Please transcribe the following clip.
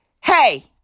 hey